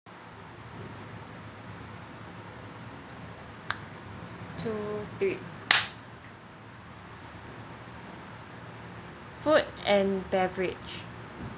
two three food and beverage